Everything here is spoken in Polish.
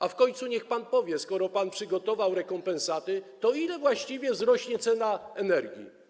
A w końcu niech pan powie, skoro przygotował pan rekompensaty, o ile właściwie wzrosną ceny energii.